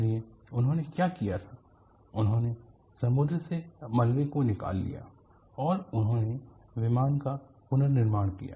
इसलिए उन्होंने क्या किया था उन्होंने समुद्र से मलबे को निकाल लिया और उन्होंने विमान का पुनर्निर्माण किया